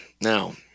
now